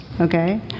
okay